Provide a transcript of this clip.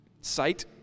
sight